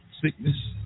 sickness